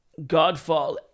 godfall